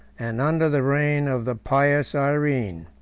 and under the reign of the pious irene,